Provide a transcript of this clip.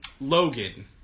Logan